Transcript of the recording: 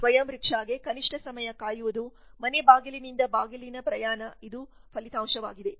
ಸ್ವಯಂ ರಿಕ್ಷಾಗೆ ಕನಿಷ್ಠ ಸಮಯ ಕಾಯುವುದು ಮನೆ ಬಾಗಿಲಿಂದ ಬಾಗಿಲಿನ ಪ್ರಯಾಣ ಇದು ಫಲಿತಾಂಶವಾಗಿದೆ